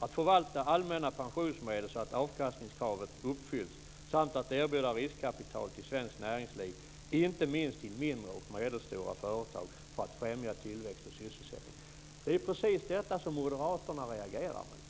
att förvalta allmänna pensionsmedel så att avkastningskravet uppfylls samt att erbjuda riskkapital till svenskt näringsliv, inte minst till mindre och medelstora företag, för att främja tillväxt och sysselsättning. Det är ju precis detta som moderaterna reagerar mot.